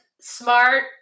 smart